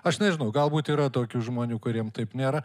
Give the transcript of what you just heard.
aš nežinau galbūt yra tokių žmonių kuriem taip nėra